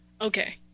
Okay